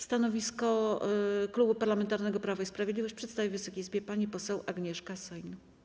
Stanowisko Klubu Parlamentarnego Prawo i Sprawiedliwość przedstawi Wysokiej Izbie pani poseł Agnieszka Soin.